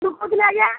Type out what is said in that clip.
କିଏ କହୁଥିଲେ ଆଜ୍ଞା